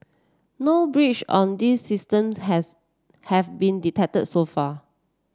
no breach on these systems has have been detected so far